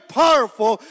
powerful